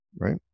right